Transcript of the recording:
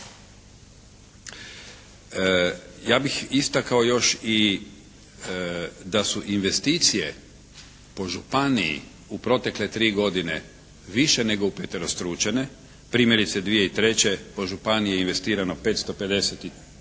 Ja bih istakao još i da su investicije po županiji u protekle 3 godine više nego upeterostručene. Primjerice 2003. po županiji je investirano 558 tisuća